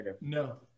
No